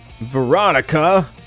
Veronica